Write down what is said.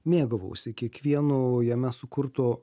mėgavausi kiekvienu jame sukurtu